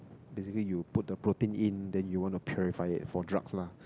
basically you put the protein in then you want to purify it for drugs lah